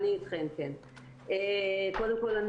קודם כול,